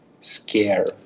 Scare